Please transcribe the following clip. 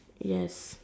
yes